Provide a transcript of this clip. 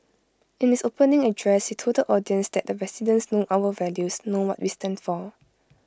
in his opening address he told the audience that the residents know our values know what we stand for